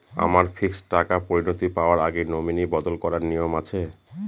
আমার ফিক্সড টাকা পরিনতি পাওয়ার আগে নমিনি বদল করার নিয়ম আছে?